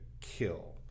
kill